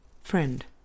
Friend